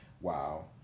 Wow